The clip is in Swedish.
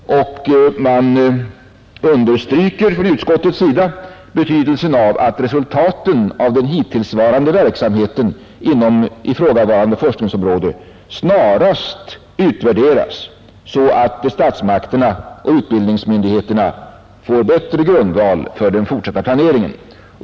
Utskottet understryker betydelsen av att resultaten av den hittillsvarande verksamheten inom ifrågavarande forskningsområde snarast utvärderas så att statsmakterna och utbildningsmyndigheterna får bättre grundval för den fortsatta planeringen.